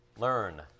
Learn